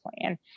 plan